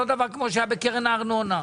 אותו דבר כפי שהיה בקרן הארנונה.